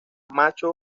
macho